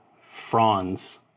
fronds